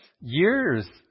years